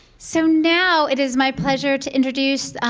so now it is my pleasure to introduce